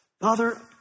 Father